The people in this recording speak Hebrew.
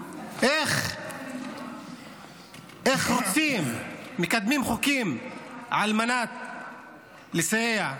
איך רוצים, מקדמים חוקים על מנת לסייע.